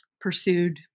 pursued